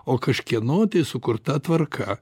o kažkieno sukurta tvarka